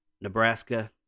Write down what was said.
Nebraska